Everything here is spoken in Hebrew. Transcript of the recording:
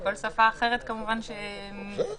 וכל שפה אחרת זה מבורך.